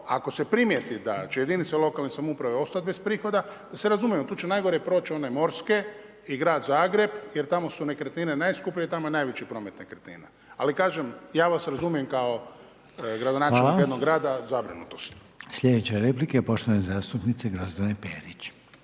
ako se primijeti da će jedinice lokalne samouprave, ostati bez prihoda, da se razumijemo, tu će najgore proći one morske i Grad Zagreb, jer tamo su nekretnine najskuplje i tamo je najveći promet nekretnina. Ali, kažem, ja vas razumijem kao gradonačelnik jednog grada zabrinutost. **Reiner, Željko (HDZ)** Hvala. Sljedeća replika je poštovanog zastupnice Grozdane Perić.